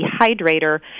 dehydrator